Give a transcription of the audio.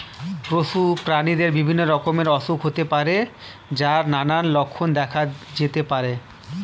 পশু প্রাণীদের বিভিন্ন রকমের অসুখ হতে পারে যার নানান লক্ষণ দেখা যেতে পারে